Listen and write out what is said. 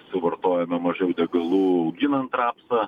suvartojame mažiau degalų auginant rapsą